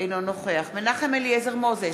אינו נוכח מנחם אליעזר מוזס,